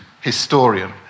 historian